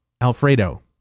Alfredo